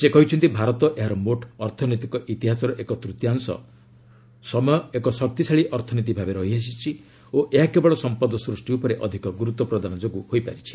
ସେ କହିଛନ୍ତି ଭାରତ ଏହାର ମୋଟ୍ ଅର୍ଥନୈତିକ ଇତିହାସର ଏକ ତୃତୀୟାଂଶ ସମୟ ଏକ ଶକ୍ତିଶାଳୀ ଅର୍ଥନୀତି ଭାବେ ରହିଆସିଛି ଓ ଏହା କେବଳ ସମ୍ପଦ ସୃଷ୍ଟି ଉପରେ ଅଧିକ ଗୁରୁତ୍ୱପ୍ରଦାନ ଯୋଗୁଁ ହୋଇପାରିଛି